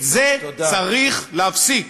את זה צריך להפסיק.